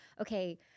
Okay